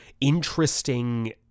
interesting